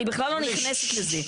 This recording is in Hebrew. אני בכלל לא נכנסת לזה.